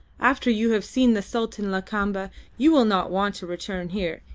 after you have seen the sultan lakamba you will not want to return here,